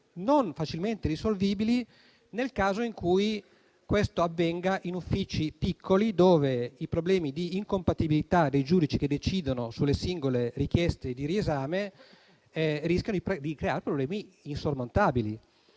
non facilmente risolvibili nel caso in cui questo avvenga in uffici piccoli, dove i problemi di incompatibilità dei giudici che decidono sulle singole richieste di riesame rischiano di creare problemi insormontabili.